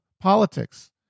politics